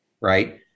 right